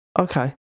Okay